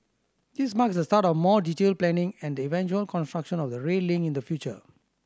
this marks the start of more detailed planning and the eventual construction of the rail link in the future